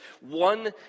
one